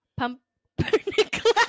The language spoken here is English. pumpernickel